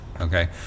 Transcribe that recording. okay